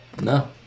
No